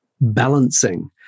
balancing